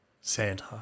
Santa